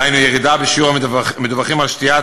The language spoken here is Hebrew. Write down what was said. דהיינו ירידה בשיעור המדווחים על שתיית